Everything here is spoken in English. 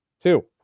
Two